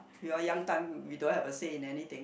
we all young time we don't have a say in anything